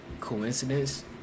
coincidence